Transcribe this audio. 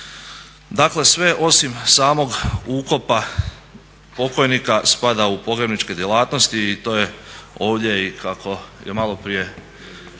Dakle, sve osim samog ukopa pokojnika spada u pogrebničke djelatnosti i to je ovdje i kako je maloprije